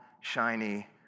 shiny